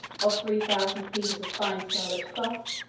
of three thousand pieces of fine scarlet cloth,